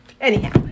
Anyhow